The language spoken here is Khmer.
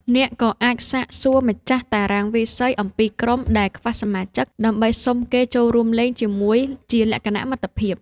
អ្នកក៏អាចសាកសួរម្ចាស់តារាងវាយសីអំពីក្រុមដែលខ្វះសមាជិក ដើម្បីសុំគេចូលរួមលេងជាមួយជាលក្ខណៈមិត្តភាព។